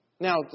Now